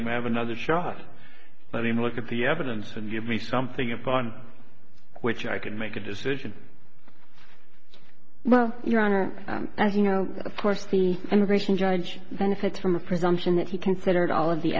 him have another shot let him look at the evidence and give me something upon which i can make a decision well your honor as you know of course the immigration judge benefits from the presumption that he considered all of the